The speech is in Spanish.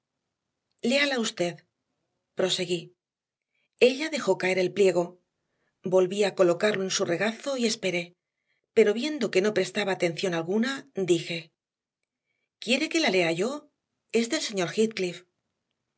léala usted proseguí ella dejó caer el pliego volví a colocarlo en su regazo y esperé pero viendo que no prestaba atención alguna dije quiere que la lea yo es del señor